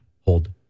hold